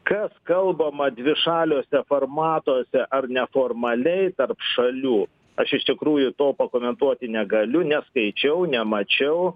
kas kalbama dvišaliuose formatuose ar neformaliai tarp šalių aš iš tikrųjų to pakomentuoti negaliu neskaičiau nemačiau